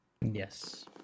Yes